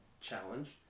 challenge